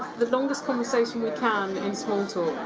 the longest conversation we can in small talk ok!